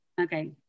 Okay